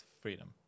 freedom